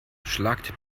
schlagt